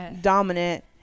dominant